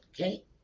Okay